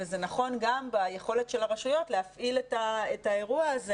וזה נכון גם ביכולת של הרשויות להפעיל את האירוע הזה.